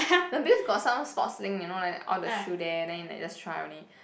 no because got some Sportslink you know like all the shoe there then you like just try only